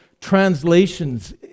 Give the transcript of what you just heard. translations